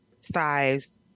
size